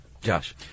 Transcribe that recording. Josh